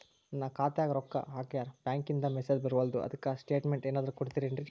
ನನ್ ಖಾತ್ಯಾಗ ರೊಕ್ಕಾ ಹಾಕ್ಯಾರ ಬ್ಯಾಂಕಿಂದ ಮೆಸೇಜ್ ಬರವಲ್ದು ಅದ್ಕ ಸ್ಟೇಟ್ಮೆಂಟ್ ಏನಾದ್ರು ಕೊಡ್ತೇರೆನ್ರಿ?